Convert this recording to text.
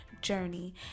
journey